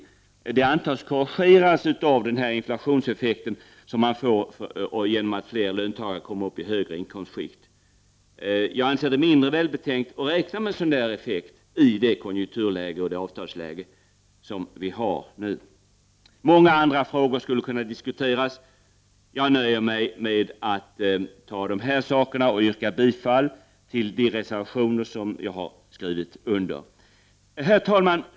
Det antas korrigeras av den inflationseffekt som man får genom att fler löntagare kommer upp i högre inkomstskikt. Jag anser det mindre välbetänkt att räkna med en sådan effekt i det konjunkturläge och i det avtalsläge som nu råder. Många andra frågor skulle kunna diskuteras, men jag nöjer mig med detta och yrkar bifall till de reservationer som mitt namn finns med på. Herr talman!